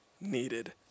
needed